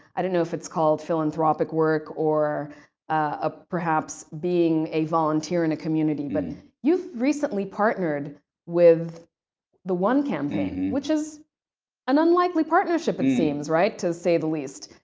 i don't know if it's called philanthropic work or ah perhaps being a volunteer in a community, but you've recently partnered with the one campaign, which is an unlikely partnership it seems, right, to say the least.